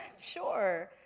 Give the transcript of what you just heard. sure.